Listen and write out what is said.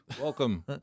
Welcome